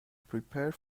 prepare